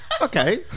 Okay